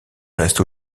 reste